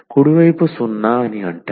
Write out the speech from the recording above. కుడి వైపు 0 అని అంటారు